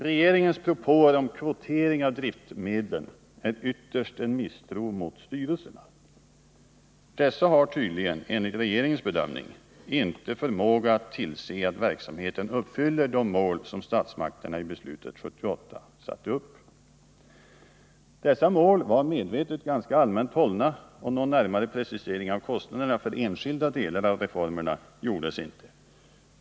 Regeringens propåer om kvotering av driftmedlen innebär ytterst en misstro gentemot styrelserna. Dessa har tydligen, enligt regeringens: bedömning, inte förmåga att tillse att verksamheten uppfyller de mål som statsmakterna i beslutet 1978 satte upp. Dessa mål var medvetet ganska allmänt hållna, och någon närmare precisering av kostnaderna för enskilda delar av reformerna gjordes inte.